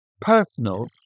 personal